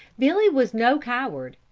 billy was no coward,